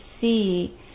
see